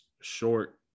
short